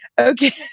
okay